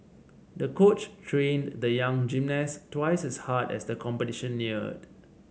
the coach trained the young gymnast twice as hard as the competition neared